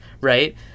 right